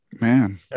Man